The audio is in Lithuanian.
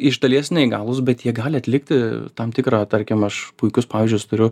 iš dalies neįgalūs bet jie gali atlikti tam tikrą tarkim aš puikius pavyzdžius turiu